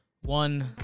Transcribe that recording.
One